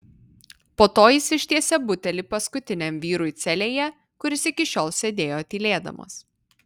po to jis ištiesė butelį paskutiniam vyrui celėje kuris iki šiol sėdėjo tylėdamas